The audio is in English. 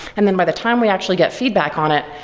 and then by the time we actually get feedback on it,